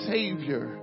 Savior